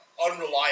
unreliable